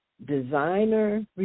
designer